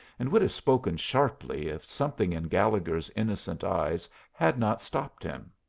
and would have spoken sharply if something in gallegher's innocent eyes had not stopped him.